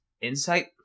Insight